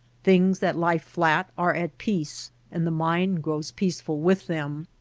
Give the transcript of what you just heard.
things that lie flat are at peace and the mind grows peace ful with them.